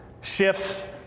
shifts